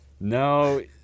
No